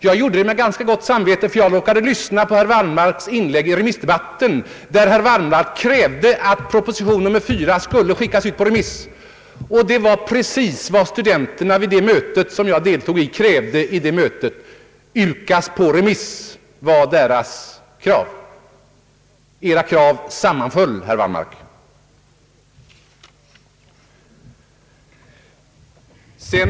Jag gjorde det med ganska gott samvete, därför att jag råkade lyssna på herr Wallmarks inlägg i remissdebatten då herr Wallmark krävde att proposition nr 4 skulle skickas ut på remiss. Det var precis vad studenterna krävde på det möte som jag deltog i. Deras krav var: UKAS på remiss. Era krav sammanföll, herr Wallmark.